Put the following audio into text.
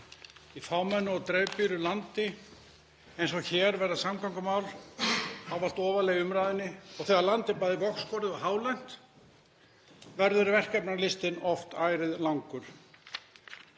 Í fámennu og dreifbýlu landi eins og hér verða samgöngumál ávallt ofarlega í umræðunni og þegar land er bæði vogskorið og hálent verður verkefnalistinn oft ærið langur.